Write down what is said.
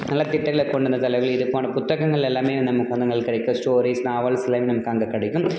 நல்ல திட்டங்களை கொண்டு வந்த தலைவர்கள் இது போன்ற புத்தகங்கள் எல்லாமே நமக்கு வந்து அங்கே கிடைக்கும் ஸ்டோரீஸ் நாவல்ஸ் எல்லாமே நமக்கு அங்கே கிடைக்கும்